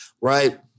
Right